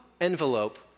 envelope